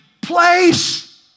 place